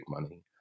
money